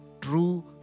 true